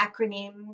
acronym